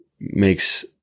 makes